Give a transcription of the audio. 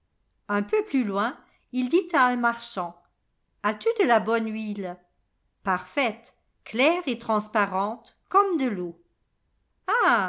un peu plus loin il dit à un marchand as-tu de la bonne huile parfaite claire et transparente comme de l'eau